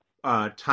Time